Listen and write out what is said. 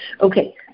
Okay